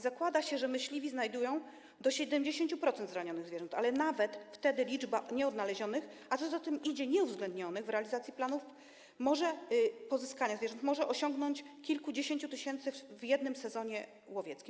Zakłada się, że myśliwi znajdują do 70% zranionych zwierząt, ale nawet wtedy liczba nieodnalezionych, a co za tym idzie, nieuwzględnionych w realizacji planów pozyskania zwierząt może sięgać kilkudziesięciu tysięcy w jednym sezonie łowieckim.